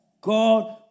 God